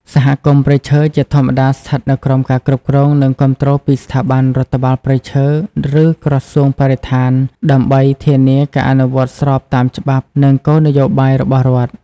សហគមន៍ព្រៃឈើជាធម្មតាស្ថិតនៅក្រោមការគ្រប់គ្រង និងគាំទ្រពីស្ថាប័នរដ្ឋបាលព្រៃឈើ ឬក្រសួងបរិស្ថាន ដើម្បីធានាការអនុវត្តស្របតាមច្បាប់ និងគោលនយោបាយរបស់រដ្ឋ។